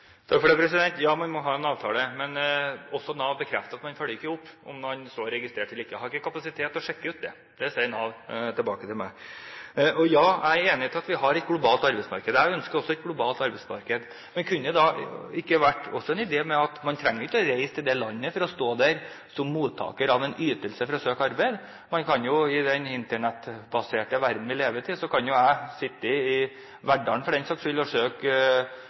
Ja, man må ha en avtale, men også Nav bekrefter at man ikke følger opp om man står registrert eller ikke. Man har ikke kapasitet til å sjekke ut det. Det sier Nav til meg. Ja, jeg er enig i at vi har et globalt arbeidsmarked. Jeg ønsker også et globalt arbeidsmarked, men man trenger ikke å reise til et annet land for å søke arbeid og stå der som mottaker av en ytelse. I den Internett-baserte verden vi lever i, kan jo jeg sitte i Verdalen, for den saks skyld, og søke